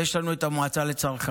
יש לנו את המועצה לצרכנות.